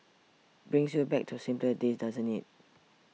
brings you back to simpler days doesn't it